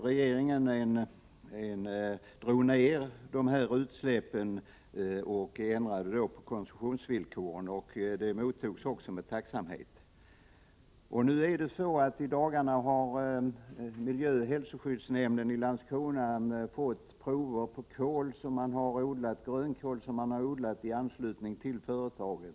Regeringen drog ned på dessa utsläpp och ändrade koncessionsvillkoren, vilket också har-mottagits med tacksamhet. I dagarna har miljöoch hälsoskyddsnämnden i Landskrona fått prover på grönkål som har odlats i anslutning till företaget.